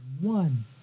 one